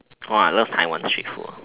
wow I love taiwan trips too